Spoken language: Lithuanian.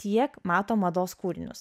tiek mato mados kūrinius